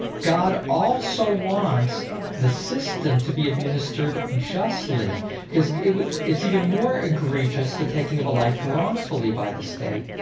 god also wants the system to be administered justly because it's even more egregious the taking of a life wrongfully by the state,